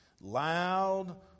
Loud